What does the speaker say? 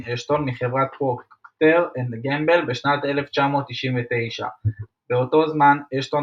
אשטון מחברת פרוקטר אנד גמבל בשנת 1999. באותו זמן אשטון